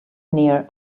near